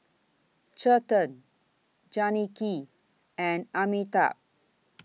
Chetan Janaki and Amitabh